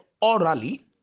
orally